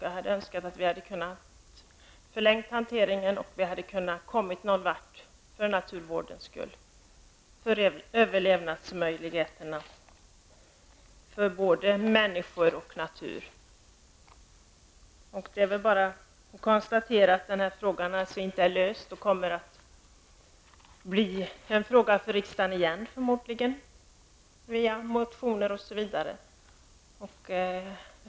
Jag hade önskat en förlängd hantering, så att vi hade kunnat komma någon vart här för naturvårdens skull och med tanke på överlevnadsmöjligheterna för både människor och natur. Men det återstår bara att konstatera att den här frågan inte är löst och att den förmodligen kommer att återigen aktualiseras i riksdagen t.ex. genom motioner.